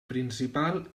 principal